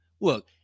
Look